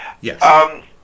Yes